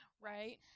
Right